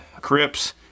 Crips